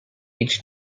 aged